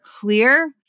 clear